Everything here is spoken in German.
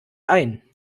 ein